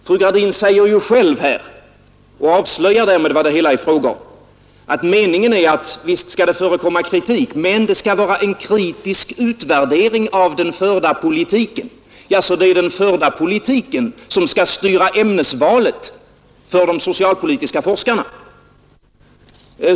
Fru Gradin säger själv — och avslöjar därmed vad det hela är frågan om — att meningen är att visst skall det förekomma kritik, men det skall vara en kritisk utvärdering av den förda politiken. Jaså, det är den förda politiken som skall styra ämnesvalet för de socialpolitiska forskarna!